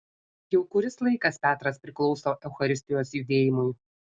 jau kuris laikas petras priklauso eucharistijos judėjimui